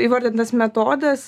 įvardintas metodas